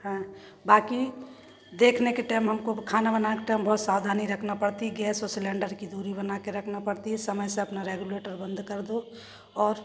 हाँ बाक़ी देखने के टाइम हमको खाना बनाते समय हमें बहुत सावधानी रखना पड़ता है गैस और सिलेंडर की दूरी बनाकर रखना पड़ता है समय से अपना रेगुलेटर बंद कर दो और